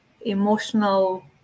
emotional